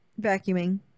Vacuuming